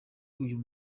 uyu